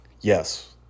yes